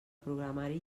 programari